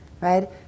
right